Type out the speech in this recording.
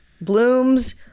Bloom's